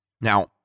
Now